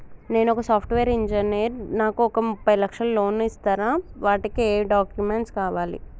నేను ఒక software engineer నాకు ఒక ముప్పై లక్షల లోన్ ఇస్తరా? వాటికి ఏం డాక్యుమెంట్స్ కావాలి?